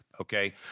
okay